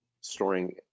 storing